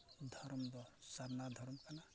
ᱫᱷᱚᱨᱚᱢ ᱫᱚ ᱥᱟᱨᱱᱟ ᱫᱷᱚᱨᱚᱢ ᱠᱟᱱᱟ